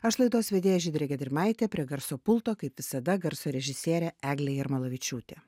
aš laidos vedėja žydrė gedrimaitė prie garso pulto kaip visada garso režisierė eglė jarmalavičiūtė